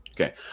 Okay